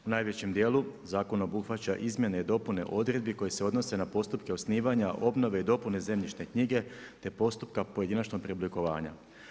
U najvećem dijelu zakon obuhvaća izmjene i dopune odredbi koje se odnose na postupke osnivanja, obnove i dopune zemljišne knjige te postupak pojedinačnog preoblikovanja.